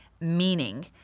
meaning